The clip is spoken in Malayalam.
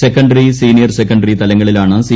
സെക്കന്ററി സീനിയർ സെക്കന്ററി തലങ്ങളിലാണ് സി